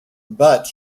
but